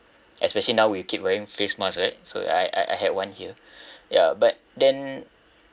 especially now we keep wearing face masks right so I I I had one here ya but then